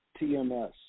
TMS